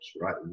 right